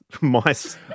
mice